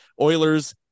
Oilers